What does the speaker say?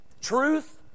Truth